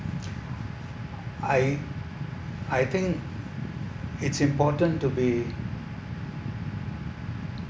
I I think it's important to be